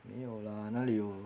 没有啦哪里有